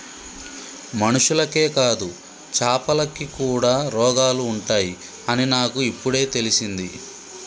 మనుషులకే కాదు చాపలకి కూడా రోగాలు ఉంటాయి అని నాకు ఇపుడే తెలిసింది